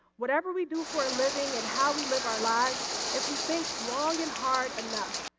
whatever we do for a living and how we live our lives if we think long and hard enough,